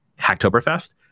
Hacktoberfest